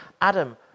Adam